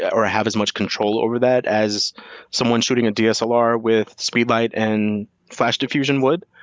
or have as much control over that, as someone shooting a dslr with speed light and flash diffusion would.